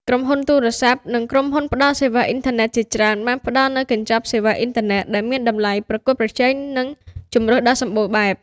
ក្រុមហ៊ុនទូរសព្ទ និងក្រុមហ៊ុនផ្តល់សេវាអ៊ីនធឺណិតជាច្រើនបានផ្តល់នូវ កញ្ចប់សេវាអ៊ីនធឺណិតដែលមានតម្លៃប្រកួតប្រជែង និងជម្រើសដ៏សម្បូរបែប។